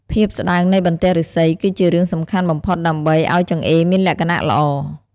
ភាពស្ដើងនៃបន្ទះឫស្សី គឺជារឿងសំខាន់បំផុតដើម្បីឱ្យចង្អេរមានលក្ខណៈល្អ។